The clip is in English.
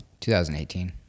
2018